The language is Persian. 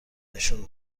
نشون